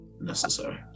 necessary